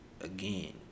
Again